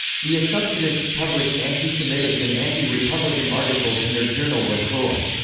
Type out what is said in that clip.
the assumptionists published anti-semitic and anti-republican articles in their journal la croix.